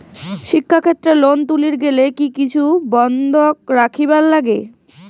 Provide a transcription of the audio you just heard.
শিক্ষাক্ষেত্রে লোন তুলির গেলে কি কিছু বন্ধক রাখিবার লাগে?